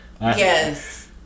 yes